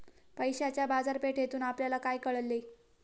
पैशाच्या बाजारपेठेतून आपल्याला काय कळले?